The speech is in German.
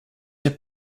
der